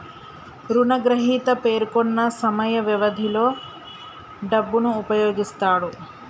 రుణగ్రహీత పేర్కొన్న సమయ వ్యవధిలో డబ్బును ఉపయోగిస్తాడు